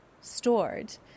stored